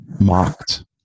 mocked